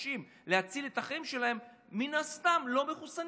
שמבקשים להציל את החיים שלהם מן הסתם לא מחוסנים,